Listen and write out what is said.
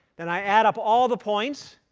then i add up all the points,